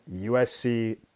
USC